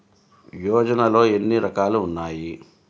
యోజనలో ఏన్ని రకాలు ఉన్నాయి?